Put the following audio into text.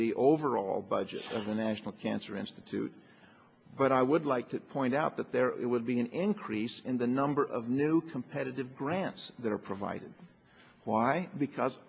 the overall budget of the national cancer institute but i would like to point out that there would be an increase in the number of new competitive grants that are provided why because